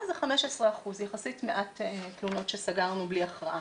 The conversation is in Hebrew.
זה 15%. יחסית מעט תלונות שסגרנו בלי הכרעה.